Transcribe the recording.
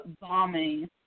bombing